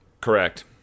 Correct